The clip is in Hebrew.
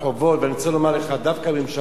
אני רוצה לומר לך, דווקא הממשלה הזאת